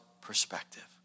perspective